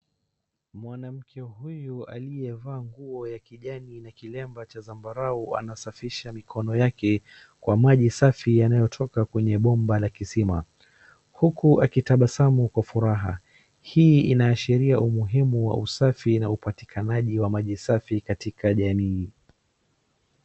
Mwanamke huyu aliyevaa nguo ya kijani na kiremba cha zambarau anasafisha mikono yake kwa maji safi yanayotoka kwenye bomba la kisima. Huku akitabasamu kwa furaha hii inasheria umuhimu wa usafi na upatikanaji wa maji safi katika jamii.